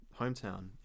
hometown